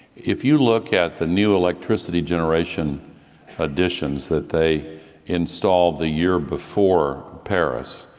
if you look at the new electricity generation additions that they installed the year before paris,